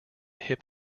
hip